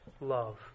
love